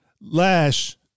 Lash